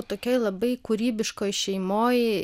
tokioj labai kūrybiškoj šeimoj